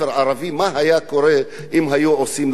מה היה קורה אם היו עושים לה דבר כזה.